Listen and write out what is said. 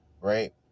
right